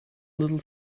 little